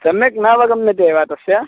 सम्यक् न अवगम्यते वा तस्य